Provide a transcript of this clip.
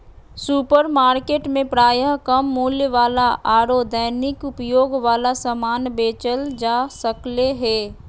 supermarket में प्रायः कम मूल्य वाला आरो दैनिक उपयोग वाला समान बेचल जा सक्ले हें